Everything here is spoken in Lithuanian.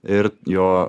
ir jo